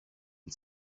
and